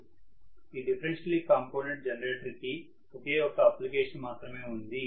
ఈ differentially compounded generator కి ఒకే ఒక్క అప్లికేషన్ మాత్రమే ఉంది